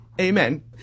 Amen